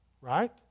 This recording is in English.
right